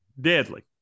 deadly